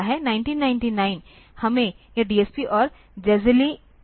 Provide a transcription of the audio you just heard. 1999 हमें यह DSP और Jazelle एक्सटेंशन मिला है